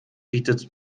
bietet